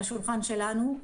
וזה על השולחן שלנו,